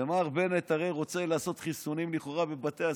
ומר בנט הרי רוצה לכאורה לעשות חיסונים בבתי הספר,